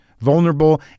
vulnerable